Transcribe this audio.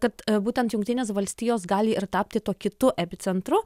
tad būtent jungtinės valstijos gali ir tapti tuo kitu epicentru